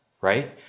right